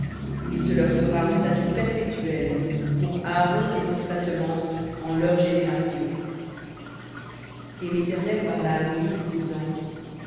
et ce leur sera un statut perpétuel pour aaron et pour sa semence en leurs générations et l'éternel parla à moïse disant